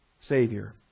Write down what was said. Savior